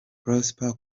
prosper